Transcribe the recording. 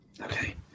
Okay